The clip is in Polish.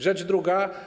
Rzecz druga.